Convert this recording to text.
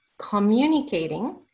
communicating